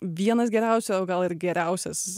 vienas geriausių o gal ir geriausias